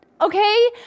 Okay